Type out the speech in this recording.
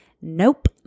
Nope